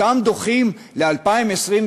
אותן דוחים ל-2023,